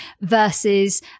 versus